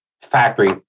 factory